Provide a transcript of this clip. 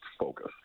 focus